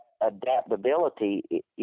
adaptability